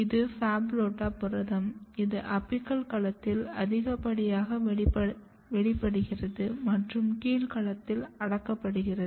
இது PHABULOTA புரதம் இது அபிக்கல் களத்தில் அதிகப்படியாக வெளிப்படுகிறது மற்றும் கீழ் களத்தில் அடக்கப்படுகிறது